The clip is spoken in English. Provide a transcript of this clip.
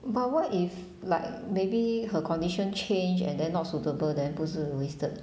but what if like maybe her condition change and then not suitable than 不是 wasted